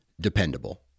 dependable